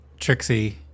Trixie